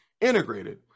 integrated